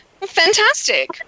Fantastic